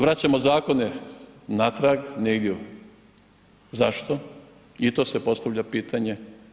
Vraćamo zakone natrag negdje, zašto i to se postavlja pitanje.